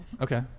Okay